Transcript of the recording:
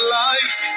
light